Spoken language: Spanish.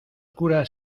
curas